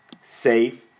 safe